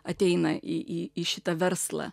ateina į šitą verslą